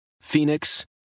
Phoenix